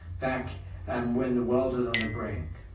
back and when the world was on the brink?